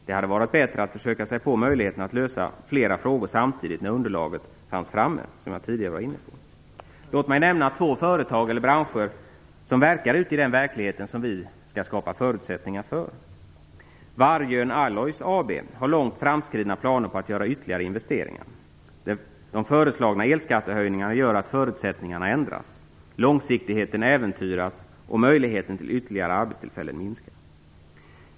Det hade varit bättre att försöka sig på möjligheten att lösa flera frågor samtidigt när underlaget fanns framme. Låt mig nämna två branscher som verkar ute i den verklighet som vi skall skapa förutsättningar för. Vargön Alloys AB har långt framskridna planer på att göra ytterligare investeringar. De föreslagna elskattehöjningarna gör att förutsättningarna ändras. Långsiktigheten äventyras, och möjligheten till ytterligare arbetstillfällen minskar.